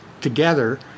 together